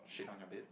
shit on your bed